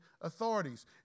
authorities